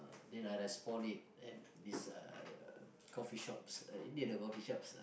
then I respond it at these uh coffee shops near the coffee shops ah